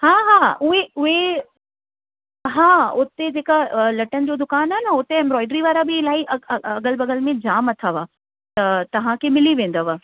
हा हा हा उहे उहे हा उते जेका लटनि जो दुकान आहे न उते एम्ब्रॉइडरी वारा बि इलाही अग अग अगल बगल में जाम अथव त तव्हांखे मिली वेंदव